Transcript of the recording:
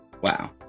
wow